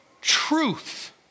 truth